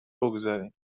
بگذاریم